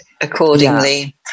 accordingly